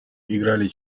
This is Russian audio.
играли